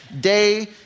day